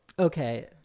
Okay